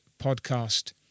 podcast